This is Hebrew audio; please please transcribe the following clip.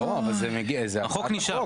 החוק נשאר,